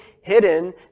hidden